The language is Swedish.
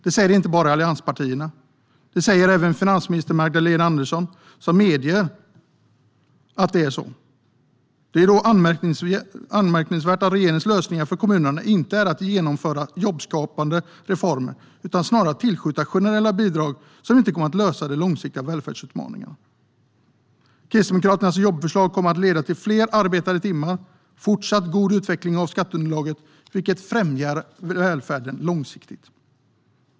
Det säger inte bara allianspartierna utan även finansminister Magdalena Andersson. Då är det anmärkningsvärt att regeringens lösning för kommunerna inte är att genomföra jobbskapande reformer utan snarare att tillskjuta generella bidrag som inte kommer att lösa de långsiktiga välfärdsutmaningarna. Kristdemokraternas jobbförslag kommer att leda till fler arbetade timmar och en fortsatt god utveckling av skatteunderlaget, vilket främjar välfärden långsiktigt.